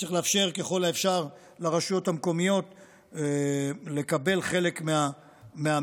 צריך לאפשר ככל האפשר לרשויות המקומיות לקבל חלק מהמשימות.